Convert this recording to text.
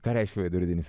ką reiškia veidrodinis